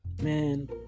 man